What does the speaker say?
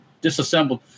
disassembled